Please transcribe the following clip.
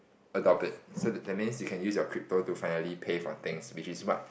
adopt it so that means you can use your crypto to finally pay for things which is what